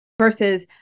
Versus